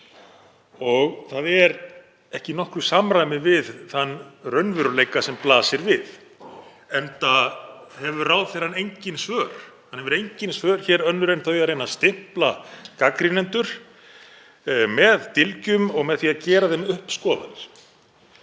og það er ekki í nokkru samræmi við þann raunveruleika sem blasir við, enda hefur ráðherrann engin svör önnur en þau að reyna að stimpla gagnrýnendur með dylgjum og með því að gera þeim upp skoðanir.